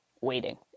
Waiting